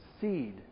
seed